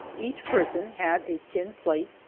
each person had a tin plate,